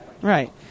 right